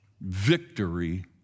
victory